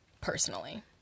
personally